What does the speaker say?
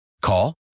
Call